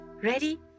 ready